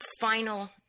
final